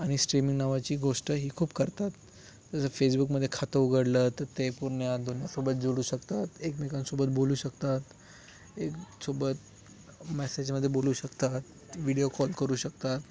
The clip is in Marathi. आणि स्ट्रीमिंग नावाची गोष्टही खूप करतात जसं फेसबुकमध्ये खातं उघडलं तर ते पूर्ण दुनियासोबत जोडू शकतात एकमेकांसोबत बोलू शकतात एक सोबत मेसेजमध्ये बोलू शकतात व्हिडीओ कॉल करू शकतात